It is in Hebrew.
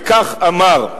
וכך אמר: